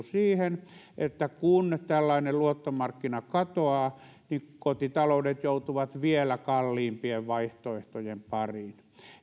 siihen että kun tällainen luottomarkkina katoaa niin kotitaloudet joutuvat vielä kalliimpien vaihtoehtojen pariin